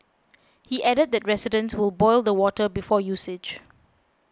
he added that residents will boil the water before usage